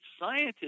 scientists